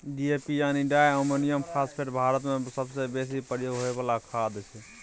DAP यानी di ammonium phosphate भारतमे सबसँ बेसी प्रयोग होइ बला खाद छै